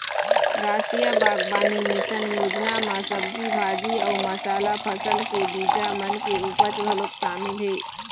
रास्टीय बागबानी मिसन योजना म सब्जी भाजी अउ मसाला फसल के बीजा मन के उपज घलोक सामिल हे